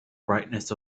brightness